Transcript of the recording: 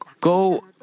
go